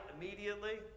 immediately